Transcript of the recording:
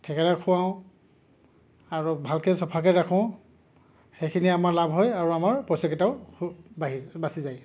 থেকেৰা খোৱাওঁ আৰু ভালকৈ চাফাকৈ ৰাখোঁ সেইখিনিয়ে আমাৰ লাভ হয় আৰু আমাৰ পইচাকেইটাও বাঢ়ি বাছি যায়